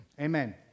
Amen